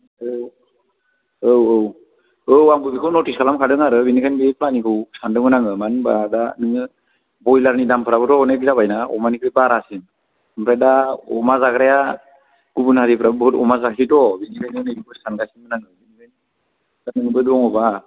औ औ औ औ आंबो बेखौ नटिस खालामखादों आरो बेनिखायनो बे प्लानिंखौ सानदोंमोन आङो मानो होनब्ला दा नोङो ब्रयलारनि दामफोराबो थ' अनेख जाबाय ना अमानिख्रुय बारासिन ओमफ्राय दा अमा जाग्राया गुबुन हारिफ्राबो बहुद अमा जायो थ' बिनिखायनो बिजनेसखौ सानगासिनोमोन आं दा नोंबो दङब्ला